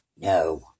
No